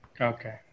Okay